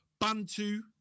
Bantu